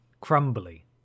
crumbly